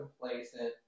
complacent